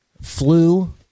flu